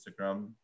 Instagram